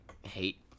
hate